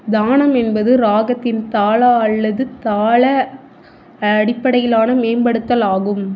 தானம் என்பது ராகத்தின் தாள அல்லது தாள அடிப்படையிலான மேம்படுத்தல் ஆகும்